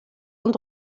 und